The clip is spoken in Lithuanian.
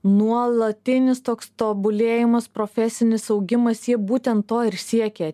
nuolatinis toks tobulėjimas profesinis augimas jie būtent to ir siekia